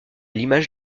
l’image